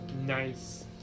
nice